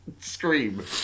scream